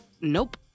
Nope